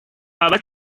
ابد